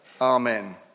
Amen